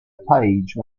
paige